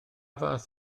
fath